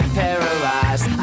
paralyzed